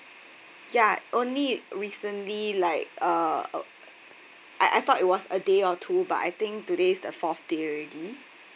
ya only recently like uh oh I I thought it was a day or two but I think today is the fourth day already